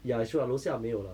ya 去我楼下没有了